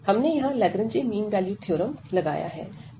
हमने यहां Lagrange mean value theorem लगाया है